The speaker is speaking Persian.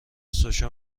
سوشا